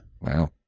Wow